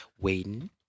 waiting